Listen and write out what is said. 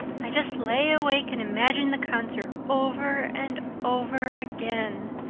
i just lay awake and imagined the concert over and over again.